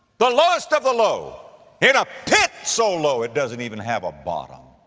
the lowest of the low in a pit so low it doesn't even have a bottom.